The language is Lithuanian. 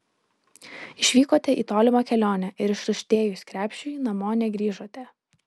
išvykote į tolimą kelionę ir ištuštėjus krepšiui namo negrįžote